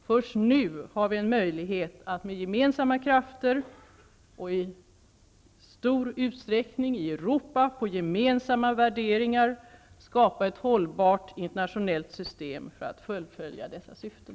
Först nu har vi en möjlighet att med gemensamma krafter och i stor utsträckning i Europa på gemensamma värderingar skapa ett hållbart internationellt system för att fullfölja dessa syften.